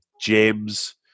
James